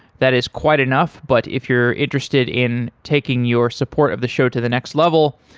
that is quite enough, but if you're interested in taking your support of the show to the next level,